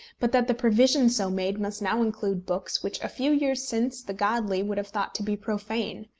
but that the provision so made must now include books which a few years since the godly would have thought to be profane.